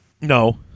No